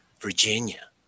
Virginia